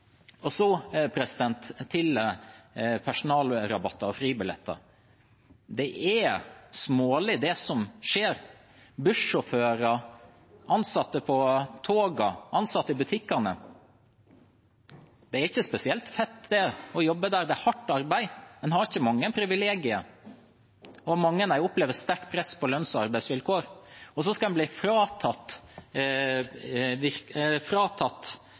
er smålig, det som skjer. Bussjåfører, ansatte på togene, ansatte i butikkene – det er ikke spesielt fett å jobbe der, det er hardt arbeid, en har ikke mange privilegier. Mange opplever sterkt press på lønns- og arbeidsvilkår. Og så skal en bli fratatt